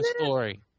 story